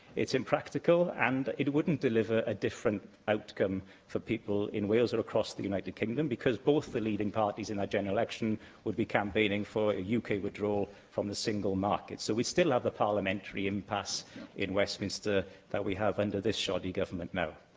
it's impractical, and it wouldn't deliver a different outcome for people in wales or across the united kingdom because both the leading parties in that general election would be campaigning for yeah uk withdrawal from the single market. so, we would still have the parliamentary impasse in westminster that we have under this shoddy government now.